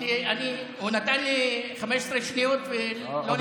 הוא נתן לי 15 שניות, ולא ניצלתי אותן.